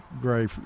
gray